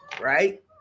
Right